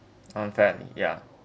unfair ya